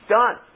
done